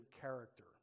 character